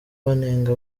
banenga